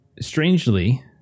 strangely